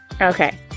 Okay